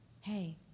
hey